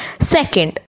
Second